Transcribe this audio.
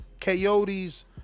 Coyote's